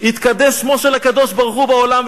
התקדש שמו של הקדוש-ברוך-הוא בעולם,